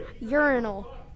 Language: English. urinal